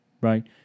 right